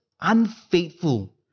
unfaithful